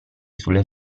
sulle